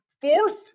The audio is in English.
fourth